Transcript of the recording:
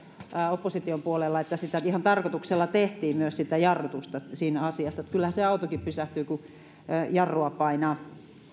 opposition puolella että ihan tarkoituksella tehtiin myös sitä jarrutusta siinä asiassa ja kyllähän se autokin pysähtyy kun jarrua painaa